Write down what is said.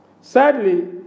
Sadly